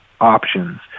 options